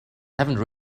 haven’t